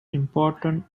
important